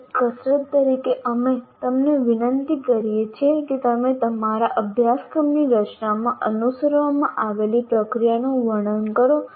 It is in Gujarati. એક કસરત તરીકે અમે તમને વિનંતી કરીએ છીએ કે તમે તમારા અભ્યાસક્રમની રચનામાં અનુસરવામાં આવેલી પ્રક્રિયાનું વર્ણન કરો